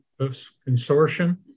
Consortium